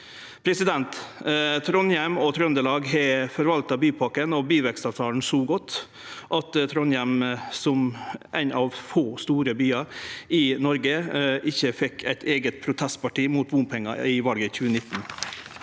av den. Trondheim og Trøndelag har forvalta bypakken og byvekstavtalen så godt at Trondheim som ein av få store byar i Noreg ikkje fekk eit eige protestparti mot bompengar ved valet i 2019.